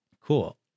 Cool